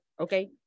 okay